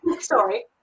Sorry